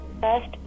First